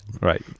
Right